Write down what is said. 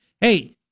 Hey